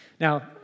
Now